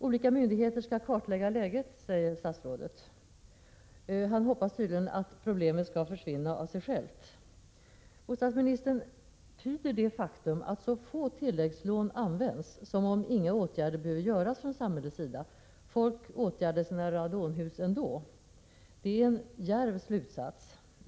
Olika myndigheter skall kartlägga läget, säger statsrådet. Han hoppas tydligen att problemet skall försvinna av sig självt. Bostadsministern tyder det faktum att så få tilläggslån använts som att inga insatser från samhällets sida behöver göras och att folk åtgärdar sina radonhus ändå. Det är en djärv slutsats.